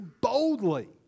boldly